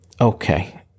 okay